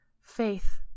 Faith